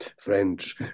French